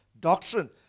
doctrine